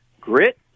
Grit